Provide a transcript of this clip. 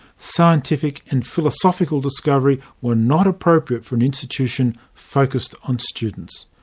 scientific and philosophical discovery were not appropriate for an institution focused on students.